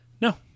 No